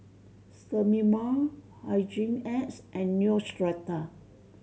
Sterimar Hygin X and Neostrata